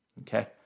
Okay